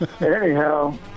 Anyhow